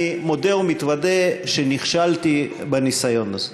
אני מודה ומתוודה שנכשלתי בניסיון הזה.